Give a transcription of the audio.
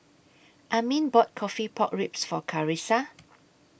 Armin bought Coffee Pork Ribs For Karissa